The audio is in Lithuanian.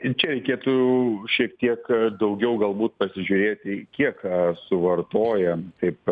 ir čia reikėtų šiek tiek daugiau galbūt pasižiūrėti kiek suvartoja taip